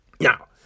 Now